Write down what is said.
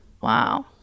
Wow